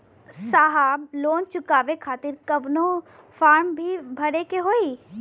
साहब लोन चुकावे खातिर कवनो फार्म भी भरे के होइ?